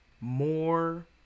more